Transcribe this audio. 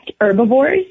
herbivores